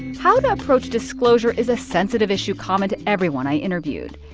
how to approach disclosure is a sensitive issue common to everyone i interviewed.